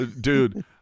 dude